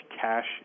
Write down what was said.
cash